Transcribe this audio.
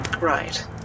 right